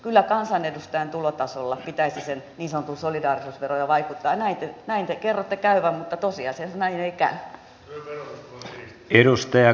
kyllä kansanedustajan tulotasolla pitäisi sen niin sanotun solidaarisuusveron jo vaikuttaa ja näin te kerrotte käyvän mutta tosiasiassa näin ei käy